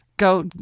Go